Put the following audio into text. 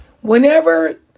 Whenever